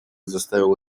заставил